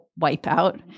wipeout